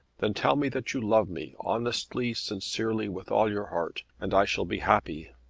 then tell me that you love me honestly, sincerely, with all your heart and i shall be happy.